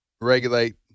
regulate